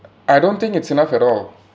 I don't think it's enough at all